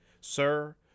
Sir